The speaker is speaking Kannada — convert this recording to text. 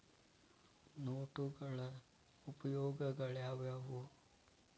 ನೋಟುಗಳ ಉಪಯೋಗಾಳ್ಯಾವ್ಯಾವು?